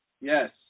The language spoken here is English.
Yes